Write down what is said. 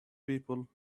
people